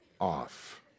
off